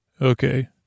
Okay